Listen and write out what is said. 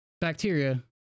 bacteria